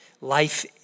life